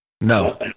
No